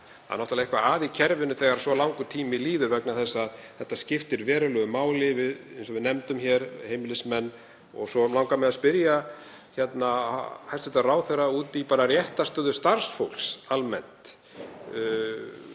Það er náttúrlega eitthvað að í kerfinu þegar svo langur tími líður vegna þess að þetta skiptir verulegu máli fyrir, eins og við nefndum, heimilismenn. Svo langar mig að spyrja hæstv. ráðherra út í réttarstöðu starfsfólks almennt